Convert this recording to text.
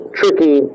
tricky